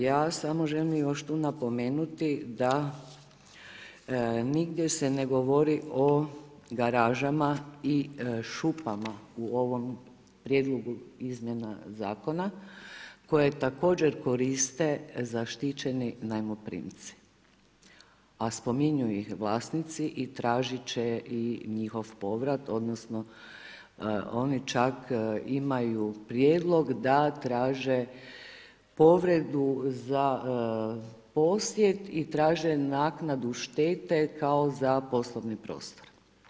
Ja samo želim još tu napomenuti da nigdje se ne govori o garažama i šupama u ovom prijedlogu izmjena zakona koje također koriste zaštićeni najmoprimci, a spominju ih vlasnici i tražit će i njihov povrat, odnosno oni čak imaju prijedlog da traže povredu za posjed i traže naknadu štete kao za poslovni prostor.